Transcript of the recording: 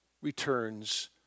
returns